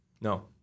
No